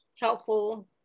helpful